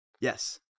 yes